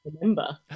remember